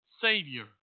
Savior